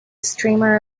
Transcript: streamer